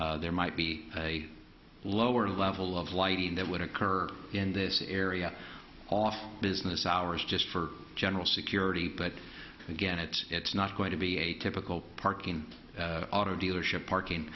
there might be a lower level of lighting that would occur in this area off business hours just for general security but again it's it's not going to be a typical parking auto dealership parking